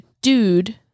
dude